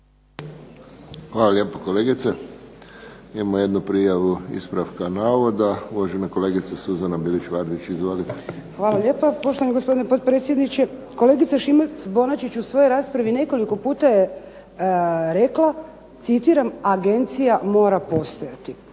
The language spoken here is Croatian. Hvala lijepo kolegice. Imamo jednu prijavu ispravka navoda. Uvažena kolegica Suzana Bilić-Vardić. Izvolite. **Bilić Vardić, Suzana (HDZ)** Hvala lijepo poštovani gospodine potpredsjedniče. Kolegica Šimac Bonačić u svojoj raspravi nekoliko puta je rekla "agencija mora postojati".